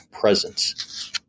presence